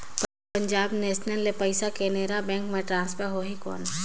Punjab national ले पइसा Canara bank मे ट्रांसफर होहि कौन?